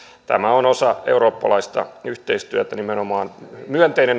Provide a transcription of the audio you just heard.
tämä on osa eurooppalaista yhteistyötä nimenomaan myönteinen